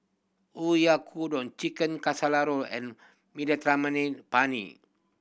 Oyakodon Chicken and Penne